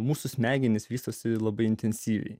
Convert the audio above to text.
mūsų smegenys vystosi labai intensyviai